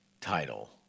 title